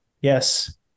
yes